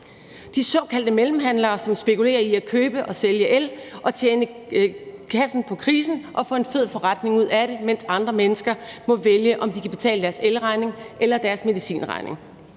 de såkaldte mellemhandlere, som spekulerer i at købe og sælge el og tjene kassen på krisen og få en fed forretning ud af det, mens andre mennesker må vælge, om de kan betale deres elregning eller deres medicinregning.